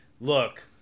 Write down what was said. look